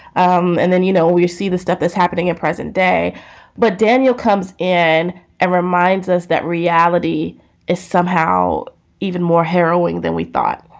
um and then, you know, you see the stuff that's happening at present day but daniel comes in and reminds us that reality is somehow even more harrowing than we thought